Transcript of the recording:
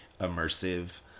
immersive